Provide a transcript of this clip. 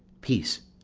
peace,